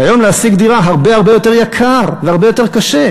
והיום להשיג דירה הרבה הרבה יותר יקר והרבה יותר קשה.